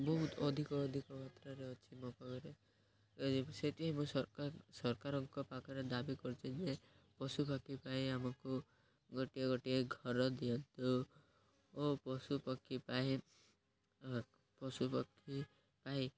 ବହୁତ ଅଧିକ ଅଧିକ ମାତ୍ରାରେ ଅଛି ମୋ ପାଖରେ ସେଥିପାଇଁ ମୁଁ ସରକାର ସରକାରଙ୍କ ପାଖରେ ଦାବି କରୁଛି ଯେ ପଶୁପକ୍ଷୀ ପାଇଁ ଆମକୁ ଗୋଟିଏ ଗୋଟିଏ ଘର ଦିଅନ୍ତୁ ଓ ପଶୁପକ୍ଷୀ ପାଇଁ ପଶୁପକ୍ଷୀ ପାଇଁ